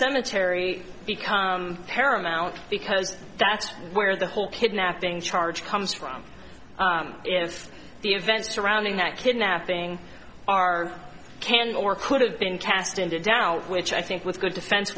cemetery become paramount because that's where the whole kidnapping charge comes from if the events surrounding that kidnapping are can or could have been cast into doubt which i think with good defense